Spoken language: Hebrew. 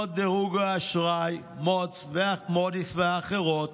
סוכנויות דירוג האשראי, מודי'ס ואחרות,